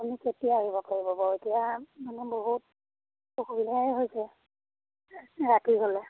আপুনি কেতিয়া আহিব পাৰিব এতিয়া মানে বহুত অসুবিধাই হৈছে ৰাতি হ'লে